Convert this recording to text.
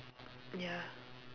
ya